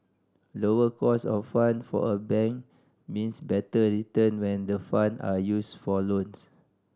lower cost of fund for a bank means better return when the fund are used for loan